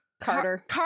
Carter